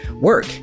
work